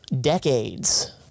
decades